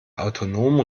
autonomen